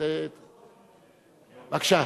בבקשה.